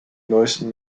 neusten